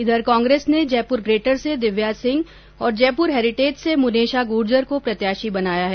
इधर कांग्रेस ने जयपुर ग्रेटर से दिव्या सिंह और जयपुर हेरिटेज से मुनेश गुर्जर को प्रत्याशी बनाया है